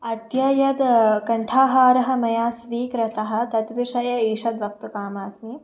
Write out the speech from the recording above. अद्य यत् कण्ठाहारः मया स्वीकृतः तद्विषये ईषद् वक्तुकामास्मि